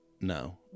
No